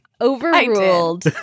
overruled